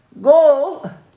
Go